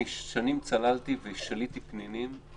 שנים צללתי ושליתי פנינים,